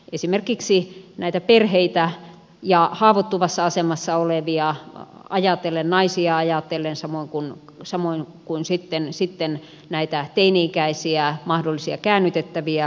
esimerkiksi näitä perheitä ja haavoittuvassa asemassa olevia ajatellen naisia ajatellen samoin kuin sitten näitä teini ikäisiä mahdollisia käännytettäviä ajatellen